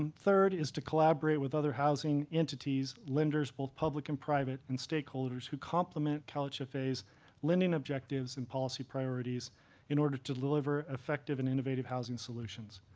um third is to collaborate with other housing entities, lenders both public and private, and stakeholders who complement calhfa's lending objectives and policy priorities in order to deliver effective and innovative housing solutions.